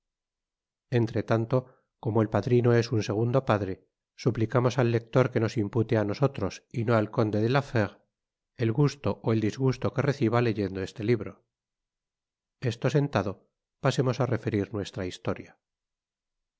entre tanto como el padrino es un segundo padre suplicamos al lector que nos impute á nosotros y no al conde de la fére el gusto ó el disgusto que reciba leyendo este libro esto sentado pasemos á referir nuestra historia